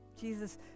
Jesus